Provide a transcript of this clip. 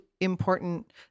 important